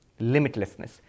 Limitlessness